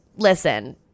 listen